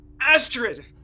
Astrid